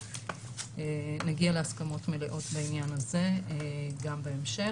ואנחנו נגיע להסכמות מלאות בעניין הזה גם בהמשך.